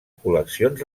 col·leccions